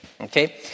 okay